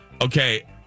Okay